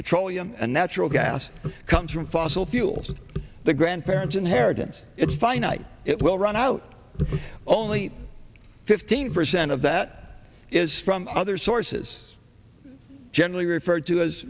petroleum and natural gas comes from fossil fuels and the grandparents inheritance it's finite it will run out if only fifteen percent of that is from other sources generally referred to as